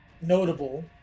notable